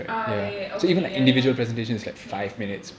ah ya ya ya okay ya ya makes sense